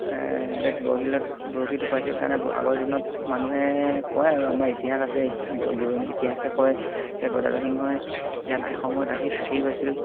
বৰশীলত বৰশী টোপাইছিল কাৰণে আগৰ দিনত মানুহে কয় আৰু আমাৰ ইতিহাস আছে ইতিহাসে কয় যে গদাধৰ সিংহই ইয়াত এসময়ত আহি থাকি গৈছিল